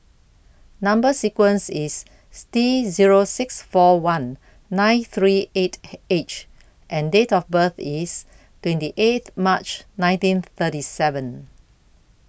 Number sequence IS T Zero six four one nine three eight H and Date of birth IS twenty eight March nineteen thirty seven